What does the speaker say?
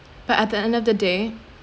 but at the end of the day